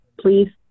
please